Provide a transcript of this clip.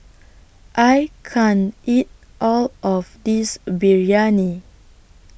I can't eat All of This Biryani